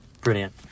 Brilliant